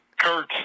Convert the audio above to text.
Kurt